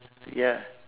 ya